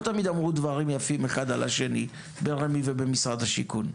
תמיד אמרו דברים יפים אחד על השני ברמ"י ובמשרד השיכון.